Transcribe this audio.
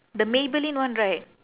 the maybelline one right